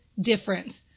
difference